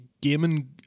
Gaming